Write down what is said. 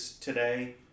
today